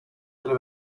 delle